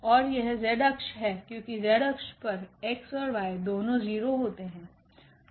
और यह 𝑧अक्ष है क्योंकि 𝑧अक्षपर 𝑥और𝑦 दोनों 0 होते है